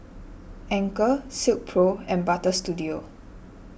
Anchor Silkpro and Butter Studio